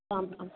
आम् आम्